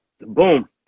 Boom